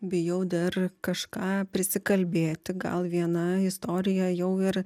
bijau dar kažką prisikalbėti gal viena istorija jau ir